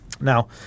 Now